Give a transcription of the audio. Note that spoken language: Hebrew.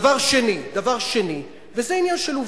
דבר שני, וזה עניין של עובדות: